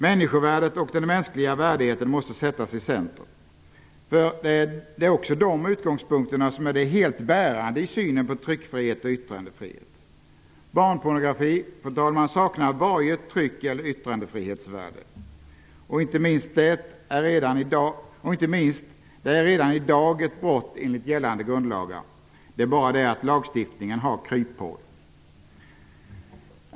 Människovärdet och den mänskliga värdigheten måste sättas i centrum. De utgångspunkterna är helt bärande i synen på tryckfrihet och yttrandefrihet. Barnpornografi saknar varje tryckeller yttrandefrihetsvärde. Inte minst är detta redan ett brott enligt gällande grundlagar. Det är bara det att lagstiftningen har kryphål.